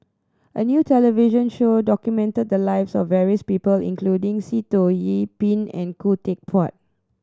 a new television show documented the lives of various people including Sitoh Yih Pin and Khoo Teck Puat